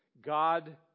God